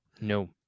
no